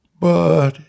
But